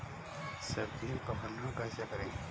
सब्जियों का भंडारण कैसे करें?